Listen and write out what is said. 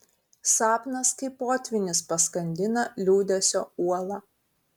sapnas kaip potvynis paskandina liūdesio uolą